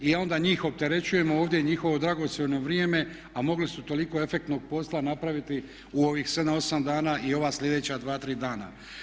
I onda njih opterećujemo ovdje, njihovo dragocjeno vrijeme a mogli su toliko efektnog posla napraviti u ovih 7,8 dana i ova slijedeća 2, 3 dana.